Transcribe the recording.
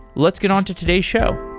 let's get on to today's show.